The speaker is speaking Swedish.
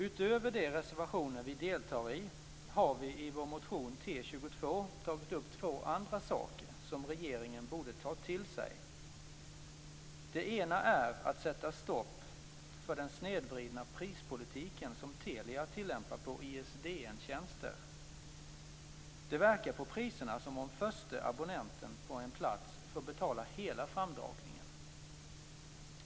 Utöver de reservationer vi deltar i har vi i vår motion T22 tagit upp två andra saker som regeringen borde ta till sig. Det ena är att sätta stopp för den snedvridna prispolitiken som Telia tillämpar på ISDN-tjänster. Det verkar på priserna som om förste abonnenten på en plats får betala hela framdragningen.